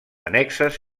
annexes